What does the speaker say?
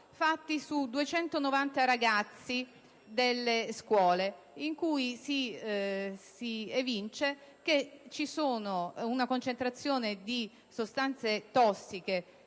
fatti su 290 ragazzi delle scuole, in cui si evince che c'è una concentrazione anomala di sostanze tossiche